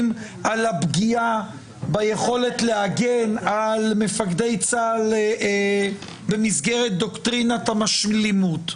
על הפגיעה ביכולת להגן על מפקדי צה"ל במסגרת דוקטרינת המשלימות.